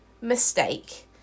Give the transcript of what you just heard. mistake